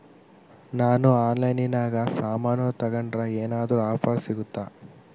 ನಾವು ಆನ್ಲೈನಿನಾಗ ಸಾಮಾನು ತಗಂಡ್ರ ಏನಾದ್ರೂ ಆಫರ್ ಸಿಗುತ್ತಾ?